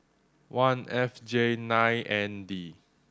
one F J nine N D